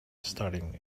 starting